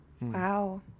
wow